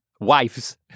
wives